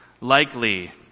likely